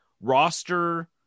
roster